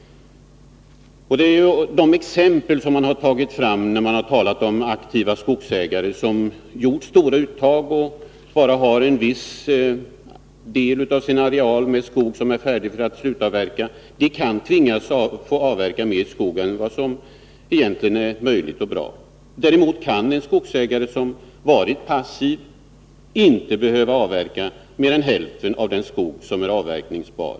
Det har tagits fram exempel på aktiva skogsbrukare som har gjort stora uttag och bara har en viss del av sin skogsareal färdig för slutavverkning men som nu kan tvingas avverka mer skog än som egentligen är möjligt och bra. Däremot kan det bli så att en skogsägare som har varit passiv inte kommer att behöva avverka mer än hälften av den skog som är avverkningsbar.